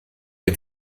dem